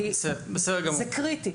זה קריטי.